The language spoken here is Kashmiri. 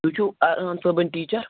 تُہۍ چھِو عیان صٲبٕنۍ ٹیٖچَر